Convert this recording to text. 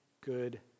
good